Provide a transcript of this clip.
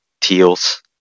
TEALS